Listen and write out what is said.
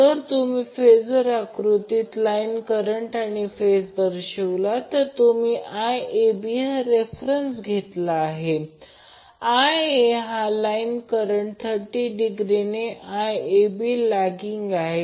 जर तुम्ही फेजर आकृतीत लाईन करंट आणि फेज दर्शविला तर तुम्ही IAB हा रेफरन्स घेतला Ia हा लाईन करंट 30 डिग्रीने IAB लॅगिंग आहे